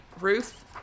Ruth